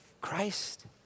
Christ